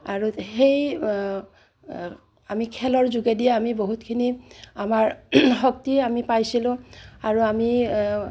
আৰু সেই আমি খেলৰ যোগেদিয়ে আমি বহুতখিনি আমাৰ শক্তি আমি পাইছিলোঁ আৰু আমি